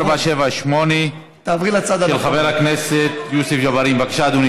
שאילתה דחופה מס' 478, של חבר הכנסת יוסף ג'בארין.